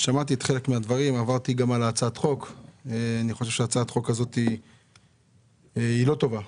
שהצעת החוק הזאת לא טובה.